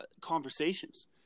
conversations